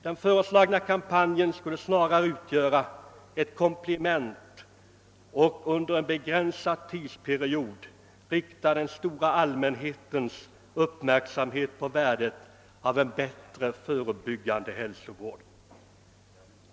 Den föreslagna kampanjen skulle snarare utgöra ett komplement och under en begränsad tidsperiod rikta den stora allmänhetens uppmärksamhet på värdet av en bättre förebyggande hälsovård.